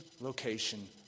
location